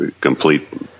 complete